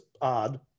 odd